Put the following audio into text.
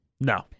No